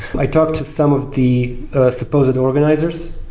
i talked to some of the supposed and organizers.